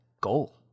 goal